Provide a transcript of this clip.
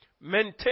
Maintain